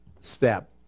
step